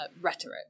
rhetoric